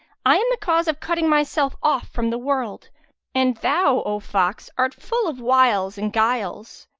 i am the cause of cutting myself off from the world and thou, o fox, art full of wiles and guiles.